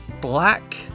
Black